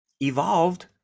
evolved